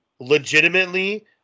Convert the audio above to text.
legitimately